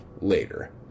later